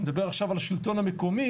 אני מדבר עכשיו על השלטון המקומי